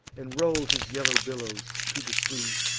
and roll'd his yellow billows to the sea.